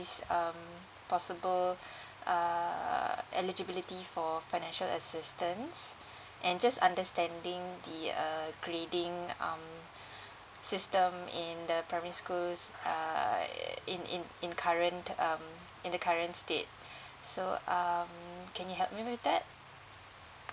um possible err eligibility for financial assistance and just understanding the uh grading um system in the primary schools err in in in current um in the current state so um can you help me with that